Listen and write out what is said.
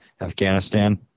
Afghanistan